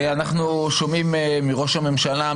אנחנו שומעים מראש הממשלה,